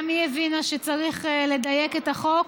גם היא הבינה שצריך לדייק את החוק,